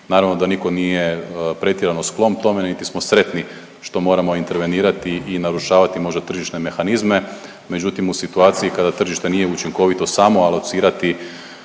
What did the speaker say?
naravno da nitko nije pretjerano sklon tome, niti smo sretni što moramo intervenirati i narušavati možda tržišne mehanizme. Međutim u situaciji kada tržište nije učinkovito samo alocirati